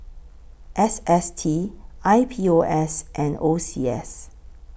S S T I P O S and O C S